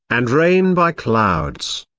and rain by clouds.